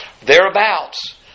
Thereabouts